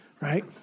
Right